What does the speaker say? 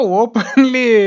openly